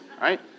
right